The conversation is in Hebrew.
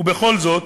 ובכל זאת,